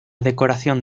decoración